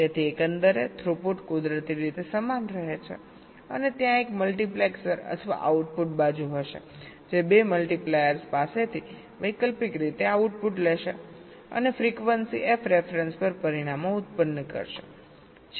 તેથી એકંદર થ્રુપુટ કુદરતી રીતે સમાન રહે છે અને ત્યાં એક મલ્ટિપ્લેક્સર અથવા આઉટપુટ બાજુ હશે જે 2 મલ્ટિપ્લાયર્સ પાસેથી વૈકલ્પિક રીતે આઉટપુટ લેશે અને ફ્રીક્વન્સી f રેફરન્સ પર પરિણામો ઉત્પન્ન કરશે